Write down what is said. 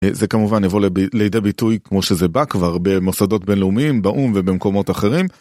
זה כמובן יבוא לידי ביטוי כמו שזה בא כבר במוסדות בינלאומיים, באו"ם ובמקומות אחרים.